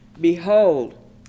Behold